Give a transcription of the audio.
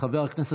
חבר הכנסת גלנט.